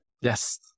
Yes